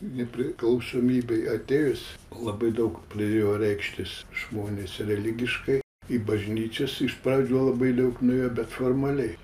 nepriklausomybei atėjus labai daug pradėjo reikštis žmonės religiškai į bažnyčias iš pradžių labai daug nuėjo bet formaliai